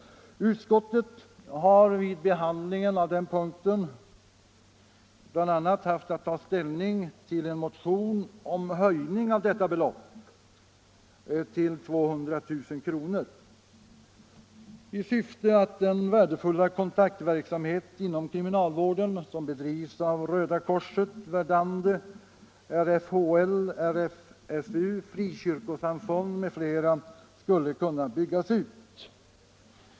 Utskottet har vid behandlingen av den punkten haft att ta ställning till bl.a. en motion om höjning av detta belopp till 200 000 kr. för att den värdefulla kontaktverksamhet inom kriminalvården som bedrivs av Röda korset, Verdandi, RFHL, RFSU, frikyrkosamfund m.fl. skulle kunna byggas ut.